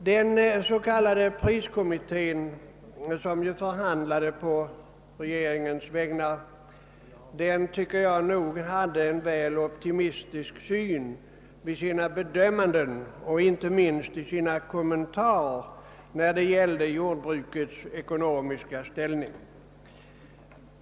Den s.k. priskommittén som förhandlade på regeringens vägnar hade en väl optimistisk syn i sina bedömanden och inte minst i sina kommentarer när det gällde jordbrukets ekonomiska ställning.